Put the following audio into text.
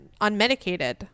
unmedicated